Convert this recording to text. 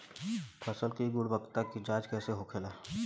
फसल की गुणवत्ता की जांच कैसे होखेला?